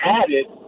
added